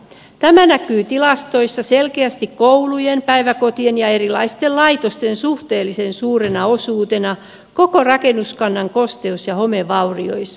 tämä näkyy tilastoissa selkeästi koulujen päiväkotien ja erilaisten laitosten suhteellisen suurena osuutena koko rakennuskannan kosteus ja homevaurioissa